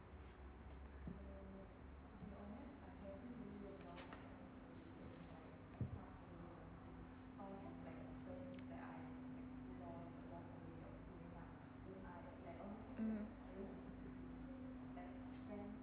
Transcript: mm